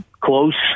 Close